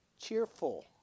cheerful